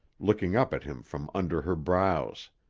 looking up at him from under her brows.